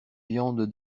viande